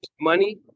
money